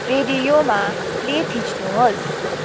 रेडियोमा प्ले थिच्नुहोस्